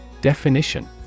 Definition